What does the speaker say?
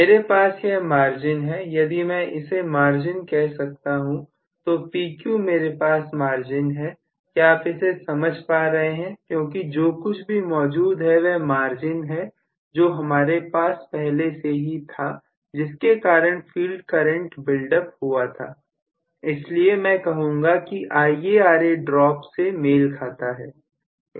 मेरे पास यह मार्जिन है यदि मैं इसे मार्जिन कह सकता हूं तो PQ मेरे पास मार्जिन है क्या आप इसे समझ पा रहे हैं क्योंकि जो कुछ भी मौजूद है वह मार्जिन है जो हमारे पास पहले से ही था जिसके कारण फील्ड करंट बिल्डअप हुआ था इसलिए मैं कहूंगा कि यह IaRa ड्रॉप से मेल खाता है